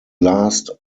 last